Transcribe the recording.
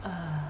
uh